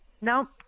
No